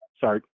Sorry